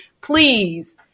please